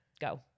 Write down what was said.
Go